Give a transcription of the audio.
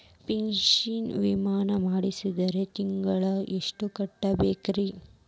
Pension ವಿಮಾ ಮಾಡ್ಸಿದ್ರ ತಿಂಗಳ ಎಷ್ಟು ಕಟ್ಬೇಕ್ರಿ?